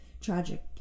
tragic